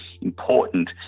important